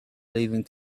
leaving